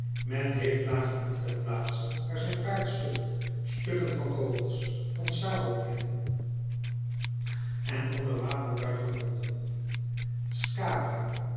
men heeft nagenoeg ter plaatse waar zijn paard stond stukken van kogels van sabelklingen en ander wapentuig gevonden scabrâ